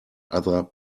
other